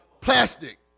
Plastic